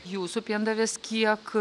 jūsų piendavės kiek